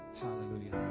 Hallelujah